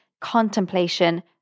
contemplation